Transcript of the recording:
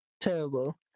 terrible